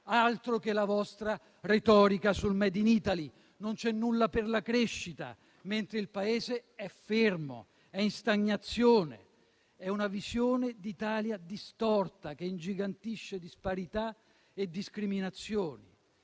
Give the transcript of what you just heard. altro che la vostra retorica sul *made in Italy*. Non c'è nulla per la crescita, mentre il Paese è fermo, è in stagnazione. È una visione d'Italia distorta, che ingigantisce disparità e discriminazioni.